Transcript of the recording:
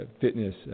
fitness